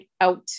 out